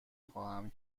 خواهم